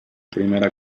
primera